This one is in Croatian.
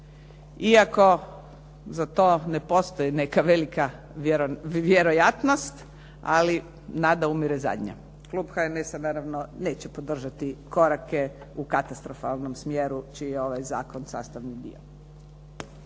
iako za to ne postoji neka velika vjerojatnost, ali nada umire zadnja. Klub HNS-a naravno neće podržati korake u katastrofalnom smjeru čiji je ovaj zakon sastavni dio.